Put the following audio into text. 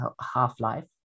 half-life